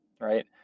right